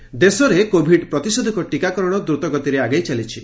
ଟିକାକରଣ ଦେଶରେ କୋଭିଡ୍ ପ୍ରତିଷେଧକ ଟିକାକରଣ ଦ୍ରୁତ ଗତିରେ ଆଗେଇ ଚାଲିଛି